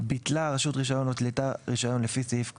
ביטלה הרשות רישיון או התלתה רישיון לפי סעיף זה,